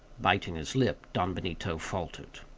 biting his lip, don benito faltered.